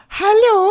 Hello